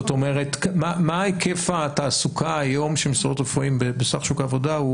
זאת אומרת מה היקף התעסוקה היום של מקצועות רפואיים בסך שוק העבודה?